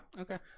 Okay